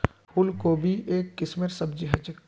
फूल कोबी एक किस्मेर सब्जी ह छे